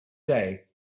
day